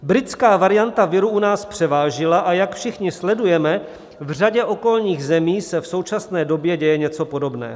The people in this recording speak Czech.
Britská varianta viru u nás převážila, a jak všichni sledujeme, v řadě okolních zemí se v současné době děje něco podobného.